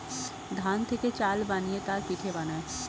ধান থেকে চাল বানিয়ে তার পিঠে বানায়